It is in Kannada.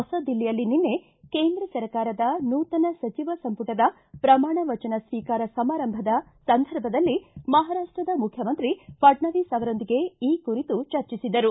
ಹೊಸ ದಿಲ್ಲಿಯಲ್ಲಿ ನಿನ್ನೆ ಕೇಂದ್ರ ಸರ್ಕಾರದ ನೂತನ ಸಚಿವ ಸಂಪುಟದ ಪ್ರಮಾಣ ವಚನ ಸ್ವೀಕಾರ ಸಮಾರಂಭದ ಸಂದರ್ಭ ದಲ್ಲಿ ಮಹಾರಾಷ್ಷದ ಮುಖ್ಯಮಂತ್ರಿ ಫಡ್ನವೀಸ್ ಅವರೊಂದಿಗೆ ಈ ಕುರಿತು ಚರ್ಚಿಸಿದರು